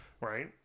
Right